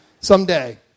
someday